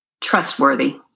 trustworthy